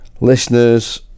listeners